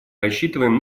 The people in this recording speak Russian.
рассчитываем